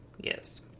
yes